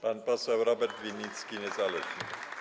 Pan poseł Robert Winnicki, niezależny.